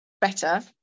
better